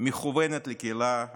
מכוונת בקהילה הבין-לאומית,